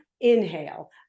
Inhale